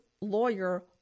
lawyer